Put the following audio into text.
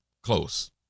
Close